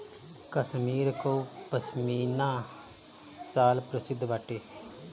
कश्मीर कअ पशमीना शाल प्रसिद्ध बाटे